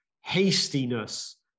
hastiness